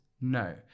No